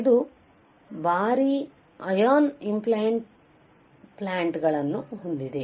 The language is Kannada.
ಇದು ಭಾರೀ ಅಯಾನ್ ಇಂಪ್ಲಾಂಟ್ಗಳನ್ನು ಹೊಂದಿದೆ